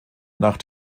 nach